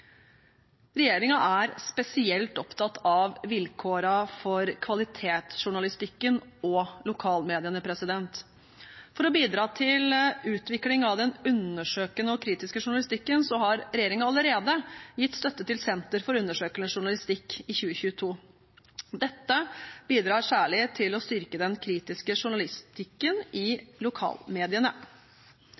er spesielt opptatt av vilkårene for kvalitetsjournalistikken og lokalmediene. For å bidra til utvikling av den undersøkende og kritiske journalistikken har regjeringen allerede gitt støtte til Senter for undersøkende journalistikk i 2022. Dette bidrar særlig til å styrke den kritiske journalistikken i lokalmediene.